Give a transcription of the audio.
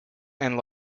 and